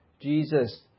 Jesus